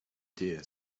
deer